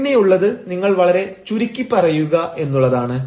പിന്നെയുള്ളത് നിങ്ങൾ വളരെ ചുരുക്കി പറയുക എന്നുള്ളതാണ്